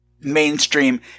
mainstream